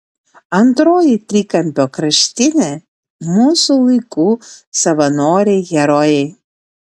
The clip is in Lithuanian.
antroji trikampio kraštinė mūsų laikų savanoriai herojai